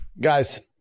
Guys